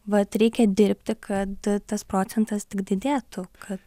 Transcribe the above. vat reikia dirbti kad tas procentas tik didėtų kad